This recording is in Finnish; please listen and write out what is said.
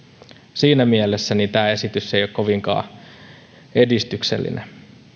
siinä mielessä tämä esitys ei ole kovinkaan edistyksellinen